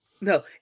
No